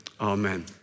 amen